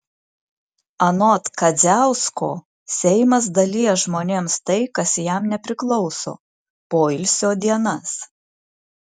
anot kadziausko seimas dalija žmonėms tai kas jam nepriklauso poilsio dienas